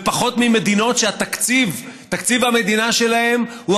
ופחות ממדינות שתקציב המדינה שלהן הוא